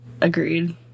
Agreed